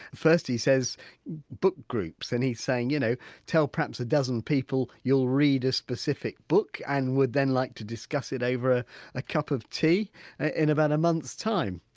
first he says book groups and he's saying you know tell perhaps a dozen people you'll read a specific book and would then like to discuss it over a cup of tea in about a month's time.